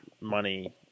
Money